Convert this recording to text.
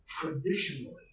traditionally